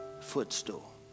footstool